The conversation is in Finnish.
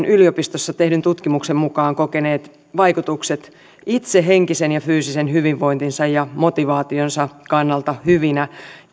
yliopistossa tehdyn tutkimuksen mukaan kokeneet vaikutukset itse henkisen ja fyysisen hyvinvointinsa ja motivaationsa kannalta hyvinä